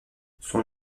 son